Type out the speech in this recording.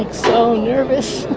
so nervous.